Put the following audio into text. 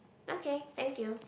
okay thank you